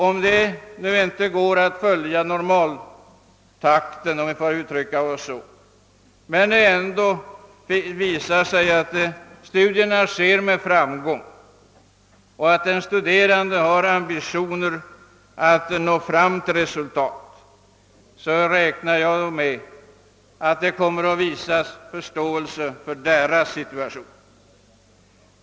Därest det inte går att följa normaltakten, om vi skall uttrycka oss så, men det ändå visar sig, att studierna bedrivs med framgång och att den studerande har ambition att nå fram till resultat, räknar jag med att det kommer att visas förståelse för hans situation.